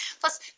Plus